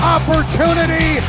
Opportunity